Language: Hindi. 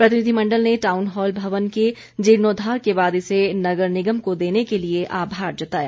प्रतिनिधिमण्डल ने टाउन हॉल भवन के जीर्णोद्वार के बाद इसे नगर निगम को देने के लिए आभार जताया